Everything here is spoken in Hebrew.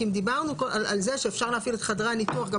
כי אם דיברנו על זה שאפשר להפעיל את חדרי הניתוח גם